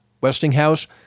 Westinghouse